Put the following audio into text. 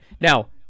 Now